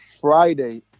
Friday